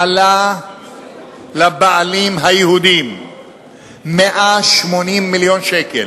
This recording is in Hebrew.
עלה לבעלים היהודים 180 מיליון שקל.